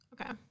Okay